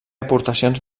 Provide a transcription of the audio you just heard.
aportacions